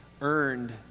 earned